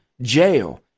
jail